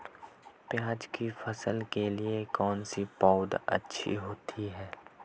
प्याज़ की फसल के लिए कौनसी पौद अच्छी होती है?